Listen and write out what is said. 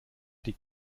die